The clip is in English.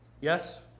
Yes